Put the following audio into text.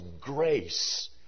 grace